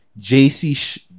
jc